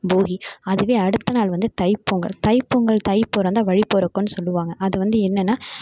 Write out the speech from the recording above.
போகி அதுவே அடுத்தநாள் வந்து தை பொங்கல் தை பொங்கல் தை பொறந்தா வழி பொறக்குன் சொல்லுவாங்க அது வந்து என்னன்னா